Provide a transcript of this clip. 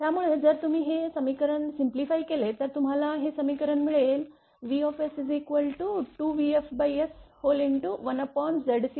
त्यामुळे जर तुम्ही हे समीकरण सिंप्लिफाइ केले तर तुम्हाला हे समीकरण मिळेल vS2vfS1ZcCS1